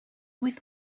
with